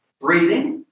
breathing